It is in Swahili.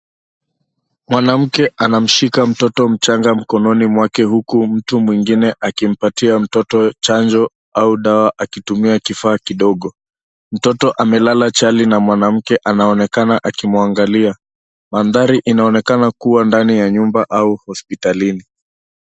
Mwanamke anamshika mtoto mchanga mkononi mwake huku mtu mwingine akimpatia mtoto chanjo au dawa akitumia kifaa kidogo. Mtoto amelala chali na mwanamke anaonekana akimwangalia. Mandhari inaonekana kuwa ndani ya nyumba au hospitalini.